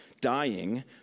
dying